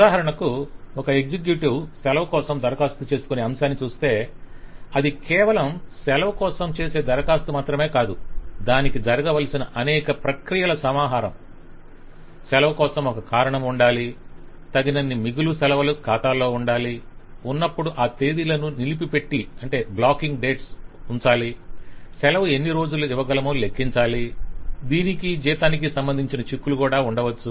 ఉదాహరణకు ఒక ఎగ్జిక్యూటివ్ సెలవు కోసం దరఖాస్తు చేసుకునే అంశాన్ని చూస్తే అది కేవలం సెలవు కోసం చేసే దరఖాస్తు మాత్రమే కాదు దానికి జరగవలసిన అనేక ప్రక్రియాల సమాహారం సెలవు కోసం ఒక కారణం ఉండాలి తగినన్ని మిగులు సెలవలు ఖాతాలో ఉండాలి ఉన్నప్పుడు ఆ తేదీలను నిలిపిపెట్టి ఉంచాలి సెలవు ఎన్ని రోజులు ఇవ్వగలమో లెక్కించాలి దీనికి జీతానికి సంబంధించిన చిక్కులు ఉండవచ్చు